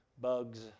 bugs